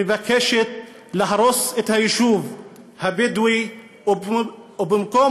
מבקשת להרוס את היישוב הבדואי ובמקום